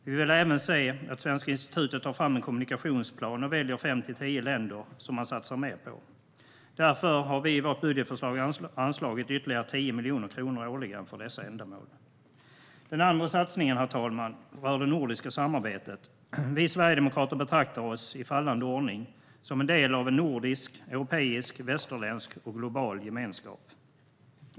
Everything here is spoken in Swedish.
Vi vill även se att Svenska institutet tar fram en kommunikationsplan och väljer fem till tio länder som man satsar mer på. Därför har vi i vårt budgetförslag anslagit ytterligare 10 miljoner kronor årligen för dessa ändamål. Den andra satsningen, herr talman, rör det nordiska samarbetet. Vi sverigedemokrater betraktar oss i fallande ordning som en del av en nordisk, europeisk, västerländsk och global gemenskap.